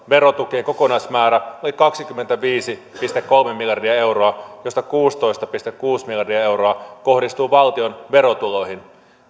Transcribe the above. verotukien kokonaismäärä oli kaksikymmentäviisi pilkku kolme miljardia euroa josta kuusitoista pilkku kuusi miljardia euroa kohdistui valtion verotuloihin